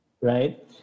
Right